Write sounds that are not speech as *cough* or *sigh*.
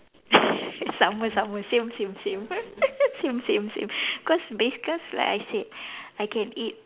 *laughs* sama sama same same same *laughs* same same same because base cause like I said I can eat